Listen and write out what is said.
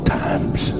times